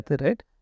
right